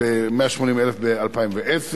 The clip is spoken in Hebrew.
ו-180,000 ב-2010.